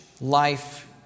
life